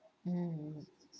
mm